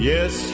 Yes